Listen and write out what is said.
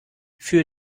für